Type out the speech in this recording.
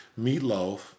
Meatloaf